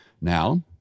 Now